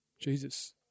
Jesus